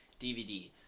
DVD